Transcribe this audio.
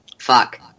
fuck